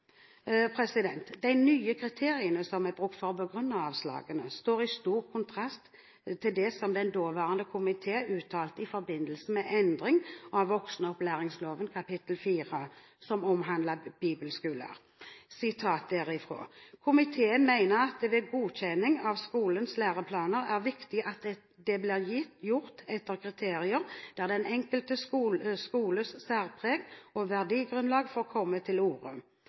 De nye kriteriene som er brukt for å begrunne avslagene, står i stor kontrast til det som den daværende komité uttalte i forbindelse med endring av voksenopplæringslovens kapittel 4, som omhandler bibelskoler: «Komiteen mener at det ved godkjenning av skolens læreplaner er viktig at det blir gjort etter kriterier der den enkelte skoles særpreg og verdigrunnlag får komme til